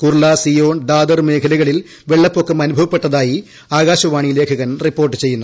കുർള സിറ്റ്യോൺ ദാദർ മേഖലകളിൽ വെള്ളപ്പൊക്കം അനുഭവപ്പെടുന്ന്തായി ആകാശവാണി ലേഖകൻ റിപ്പോർട്ട് ചെയ്യുന്നു